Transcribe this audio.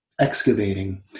excavating